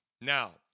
Now